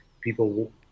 people